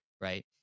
right